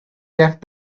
left